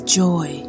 joy